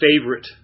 favorite